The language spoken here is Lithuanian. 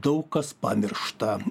daug kas pamiršta